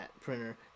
printer